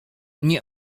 nie